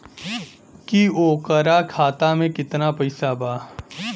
की ओकरा खाता मे कितना पैसा बा?